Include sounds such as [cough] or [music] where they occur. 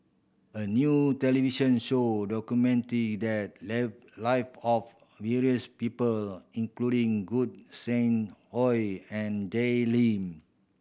a new television show documented the [unintelligible] live of various people including Gog Sing Hooi and Jay Lim